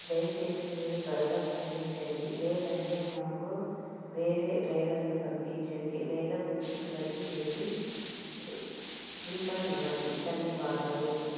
దయచేసి మీరు త్వరగా స్పందించండి లేదంటే మాకు వేరే డ్రైవర్ను పంపించండి లేదా బుకింగ్ రద్దు చేసి రీఫండ్ ఇవ్వండి ధన్యవాదాలు